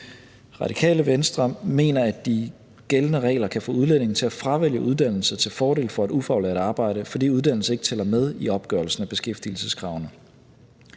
Radikale Venstre mener, at de gældende regler kan få udlændinge til at fravælge uddannelse til fordel for et ufaglært arbejde, fordi uddannelse ikke tæller med i opgørelsen af beskæftigelseskravene.